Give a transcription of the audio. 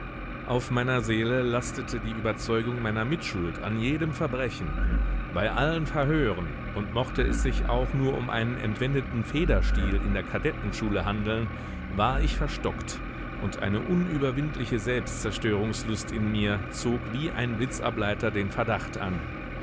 auf meiner seele lastete die überzeugung meiner mitschuld an jedem verbrechen bei allen verhören und mochte es sich auch nur um einen entwendeten federstiel in der kadettenschule handeln war ich verstockt und eine unüberwindliche selbstzerstörungslust in mir zog wie ein blitzableiter den verdacht an